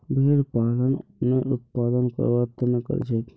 भेड़ पालन उनेर उत्पादन करवार तने करछेक